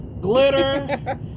glitter